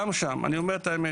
גם שם ואני אומר את האמת